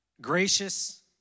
gracious